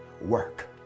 work